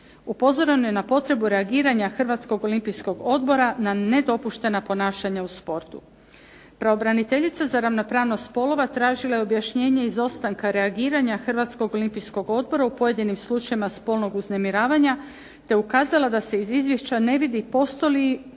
Upozoreno je na potrebu reagiranja Hrvatskog olimpijskog odbora na nedopuštena ponašanja u sportu. Pravobraniteljica za ravnopravnost spolova tražila je objašnjenje izostanka reagiranja Hrvatskog olimpijskog odbora u pojedinim slučajevima spolnog uznemiravanja te ukazala da se iz izvješća ne vidi postoji li